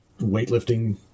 weightlifting